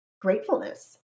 gratefulness